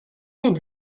hyn